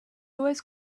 always